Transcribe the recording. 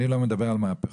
אני לא מדבר על מהפכות.